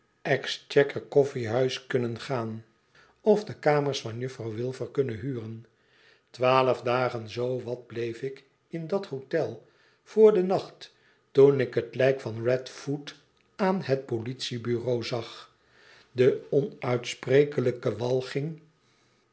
kofhehuis kunnen gaan of de kamers van juffrouw wilfer kunnen huren twaalf dagen zoo wat bleef ik in dat hotel vr den nacht toen ik het lijk van radfootaan het politie-bureau zag de onuitsprekelijke walgmg